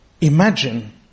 Imagine